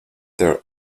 their